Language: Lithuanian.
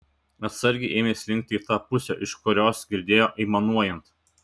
atsargiai ėmė slinkti į tą pusę iš kurios girdėjo aimanuojant